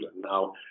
Now